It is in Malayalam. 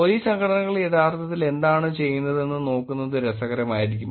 പോലീസ് സംഘടനകൾ യഥാർത്ഥത്തിൽ എന്താണ് ചെയ്യുന്നതെന്ന് നോക്കുന്നത് രസകരമായിരിക്കും